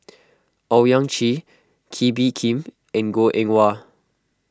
Owyang Chi Kee Bee Khim and Goh Eng Wah